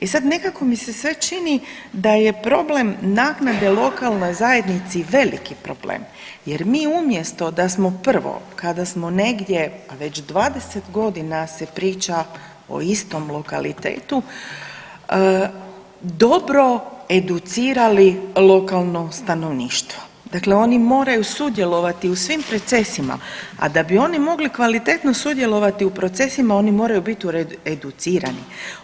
E sad nekako mi se sve čini da je problem naknade lokalnoj zajednici veliki problem, jer mi umjesto da smo prvo, kada smo negdje, a već 20 godina se priča o istom lokalitetu dobro educirali lokalno stanovništvo, dakle, oni moraju sudjelovati u svim procesima, a da bi oni mogli kvalitetno sudjelovati u procesima, oni moraju biti educirani.